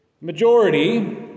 majority